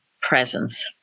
presence